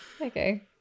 okay